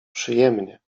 przyjemnie